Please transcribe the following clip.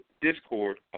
discord